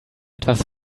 etwas